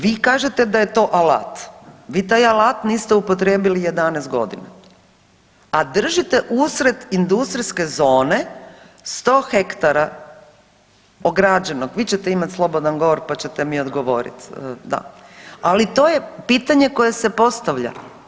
Vi kažete da je to alat, vi taj alat niste upotrijebili 11 godina, a držite usred industrijske zone 100 hektara ograđenog, vi čete imati slobodan govor pa ćete mi odgovorit, da, ali to je pitanje koje se postavlja.